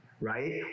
Right